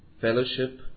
Fellowship